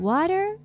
Water